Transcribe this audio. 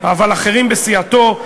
אבל אחרים בסיעתו,